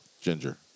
ginger